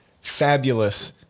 fabulous